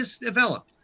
develop